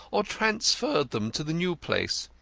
or transferred them to the new place.